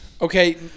Okay